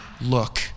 look